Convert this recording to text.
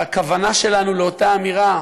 והכוונה שלנו לאותה אמירה,